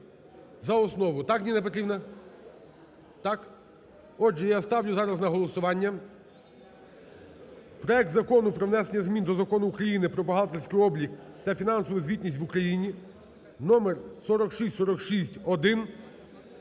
За основу, так, Ніна Петрівна? Так? Отже, я ставлю зараз на голосування проект Закону про внесення змін до Закону України "Про бухгалтерський облік та фінансову звітність в Україні" (№ 4646-1)